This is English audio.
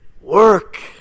work